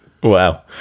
Wow